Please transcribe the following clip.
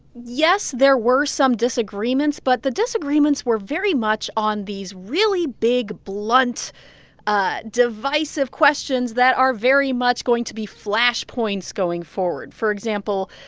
yes, there were some disagreements, but the disagreements were very much on these really big, blunt ah divisive questions that are very much going to be flashpoints going forward. for example,